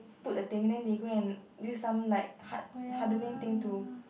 put the thing then they go and use some like hard hardening thing to